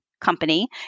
company